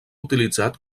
utilitzat